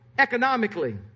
Economically